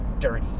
dirty